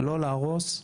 לא להרוס,